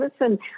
listen